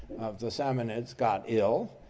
the samanids got ill,